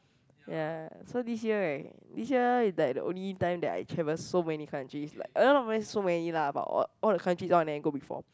ya so this year right this year is like the only time that I travel so many countries like uh not many so many lah but all all the countries all I never go before